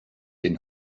den